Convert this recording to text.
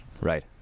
Right